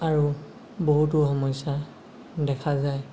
আৰু বহুতো সমস্যা দেখা যায়